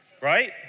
Right